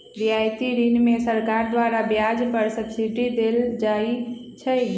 रियायती ऋण में सरकार द्वारा ब्याज पर सब्सिडी देल जाइ छइ